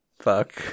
Fuck